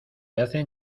hacen